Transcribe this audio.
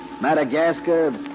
Madagascar